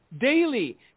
Daily